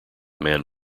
man